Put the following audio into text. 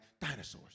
dinosaurs